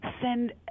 send